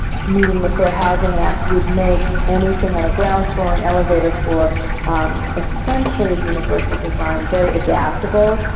meeting the fair housing act would make anything on a ground floor, an elevator floor essentially universal design, very adaptable.